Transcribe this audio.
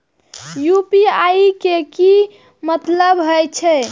UPI के की मतलब हे छे?